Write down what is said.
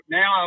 now